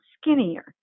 skinnier